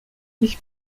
ich